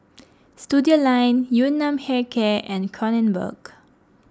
Studioline Yun Nam Hair Care and Kronenbourg